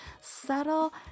subtle